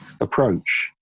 approach